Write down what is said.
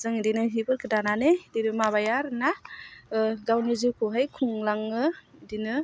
जों बिदिनो हिफोरखौ दानानै इदिनो माबाया आरोना ओह गावनि जिउखौहाय खुंलाङो बिदिनो